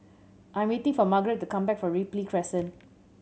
I am waiting for Margaret to come back from Ripley Crescent